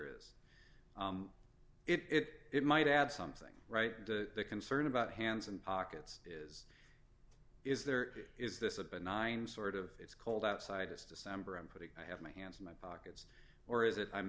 is it it might add something right to the concern about hands and pockets is is there is this a benign sort of it's cold outside it's december and put it i have my hands in my pockets or is it i'm